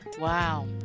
Wow